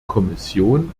kommission